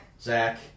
Zach